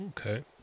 Okay